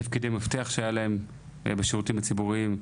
תפקידי מפתח שהיה להם בשירותים הציבוריים.